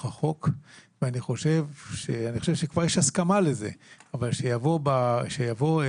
החוק ואני חושב שכבר יש הסכמה לזה אבל שתבוא בחוק